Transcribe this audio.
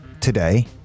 today